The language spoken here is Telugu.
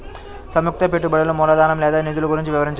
సంయుక్త పెట్టుబడులు మూలధనం లేదా నిధులు గురించి వివరించండి?